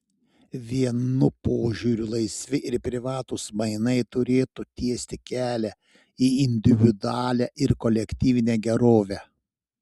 vienų požiūriu laisvi ir privatūs mainai turėtų tiesti kelią į individualią ir kolektyvinę gerovę